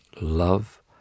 love